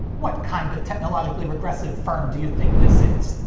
what kind of technologically regressive firm do you think this is?